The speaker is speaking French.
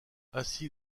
ainsi